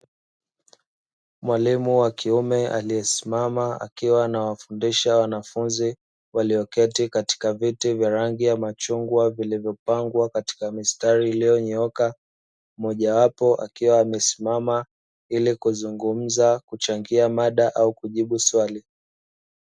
Mwalimu wa kiume aliyesimama, akiwa anawafundisha wanafunzi walioketi katika viti vya rangi ya machungwa, vilivyopangwa katika mistari iliyonyooka. Mmojawapo akiwa amesimama ili kuzungumza, kuchangia mada au kujibu swali.